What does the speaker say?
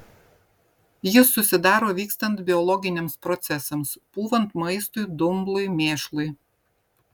jis susidaro vykstant biologiniams procesams pūvant maistui dumblui mėšlui